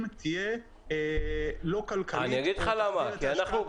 תהיה לא כלכלית -- אני אגיד לך למה כי אנחנו,